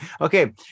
okay